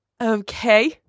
Okay